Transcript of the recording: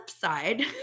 side